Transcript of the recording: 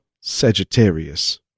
Sagittarius